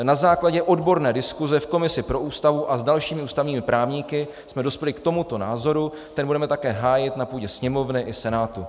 Na základě odborné diskuse v komisi pro Ústavu a s dalšími ústavními právníky jsme dospěli k tomuto názoru, ten budeme taky hájit na půdě Sněmovny i Senátu.